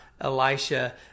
Elisha